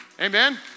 Amen